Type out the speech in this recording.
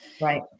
Right